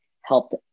helped